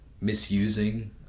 misusing